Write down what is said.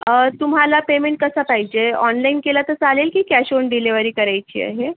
तुम्हाला पेमेंट कसं पाहिजे ऑनलाइन केलं तर चालेल की कॅश ऑन डिलीवरी करायची आहे